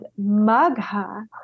Magha